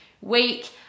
week